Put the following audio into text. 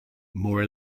more